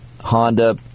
Honda